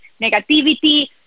negativity